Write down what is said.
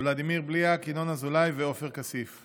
ולדימיר בליאק, ינון אזולאי ועופר כסיף.